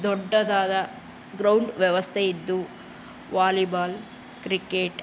ದೊಡ್ಡದಾದ ಗ್ರೌಂಡ್ ವ್ಯವಸ್ಥೆ ಇದ್ದು ವಾಲಿಬಾಲ್ ಕ್ರಿಕೆಟ್